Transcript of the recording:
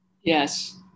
Yes